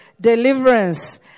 deliverance